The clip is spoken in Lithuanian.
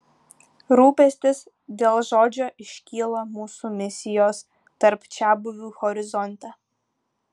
rūpestis dėl žodžio iškyla mūsų misijos tarp čiabuvių horizonte